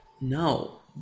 No